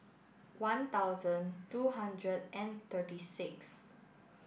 one thousand two hundred and thirty six